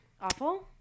awful